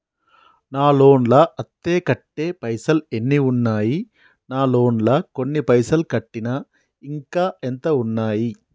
నా లోన్ లా అత్తే కట్టే పైసల్ ఎన్ని ఉన్నాయి నా లోన్ లా కొన్ని పైసల్ కట్టిన ఇంకా ఎంత ఉన్నాయి?